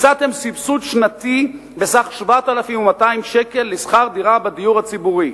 הצעתם סבסוד שנתי בסך 7,200 שקל לשכר דירה בדיור הציבורי,